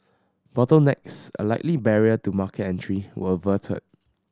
bottlenecks a likely barrier to market entry were averted